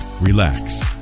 relax